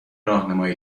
راهنمای